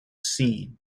seen